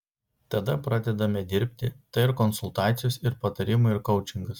tada pradedame dirbti tai ir konsultacijos ir patarimai ir koučingas